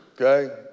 Okay